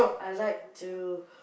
I like to